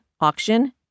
auction